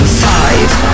five